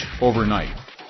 overnight